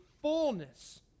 fullness